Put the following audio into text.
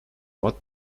what